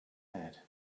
head